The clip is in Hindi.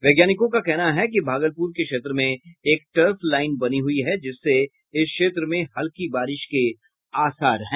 वैज्ञानिकों का कहना है कि भागलपुर के क्षेत्र में एक टर्फ लाईन बनी हुई है जिससे इस क्षेत्र में हल्की बारिश के आसार है